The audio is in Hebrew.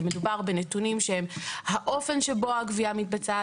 ומדובר בנתונים שמתייחסים לאופן שבו הגבייה מתבצע,